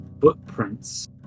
footprints